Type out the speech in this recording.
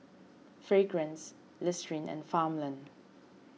Fragrance Listerine and Farmland